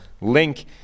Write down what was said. link